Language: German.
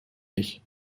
ich